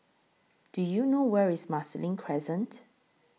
Do YOU know Where IS Marsiling Crescent